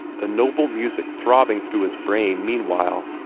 the noble music throbbing through his brain meanwhile.